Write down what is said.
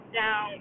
down